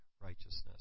righteousness